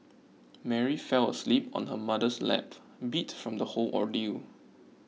Mary fell asleep on her mother's lap beat from the whole ordeal